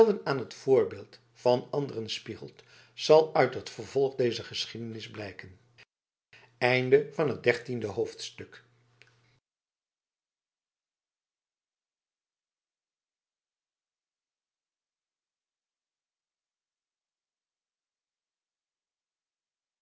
aan het voorbeeld van anderen spiegelt zal uit het vervolg dezer geschiedenis blijken veertiende hoofdstuk